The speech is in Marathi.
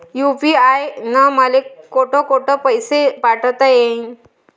यू.पी.आय न मले कोठ कोठ पैसे पाठवता येईन?